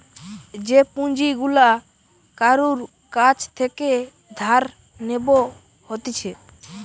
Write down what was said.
যে পুঁজি গুলা কারুর কাছ থেকে ধার নেব হতিছে